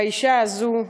ואת האישה הזאת,